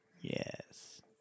Yes